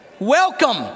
Welcome